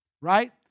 Right